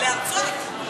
להרצות.